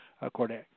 according